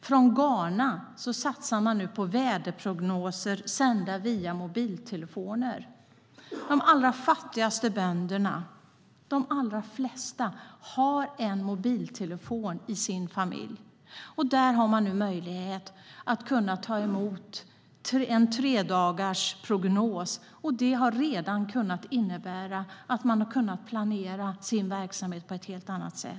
Från Ghana satsas det nu på väderprognoser sända via mobiltelefoner. De allra fattigaste bönderna, de allra flesta, har en mobiltelefon i sin familj. Man har nu möjlighet att ta emot en tredagarsprognos. Redan har det inneburit att man kunnat planera sin verksamhet på ett helt annat sätt.